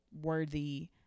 worthy